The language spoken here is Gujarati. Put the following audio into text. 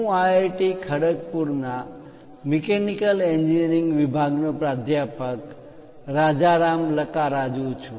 હું આઈઆઈટી ખડગપુર ના મિકેનિકલ એન્જિનિયરિંગ વિભાગ નો પ્રાધ્યાપક રાજારામ લકારાજુ છું